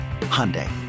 Hyundai